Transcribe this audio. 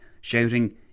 shouting